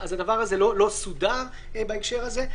לכן הדבר הזה לא סודר בהקשר הזה.